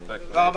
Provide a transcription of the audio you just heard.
הישיבה ננעלה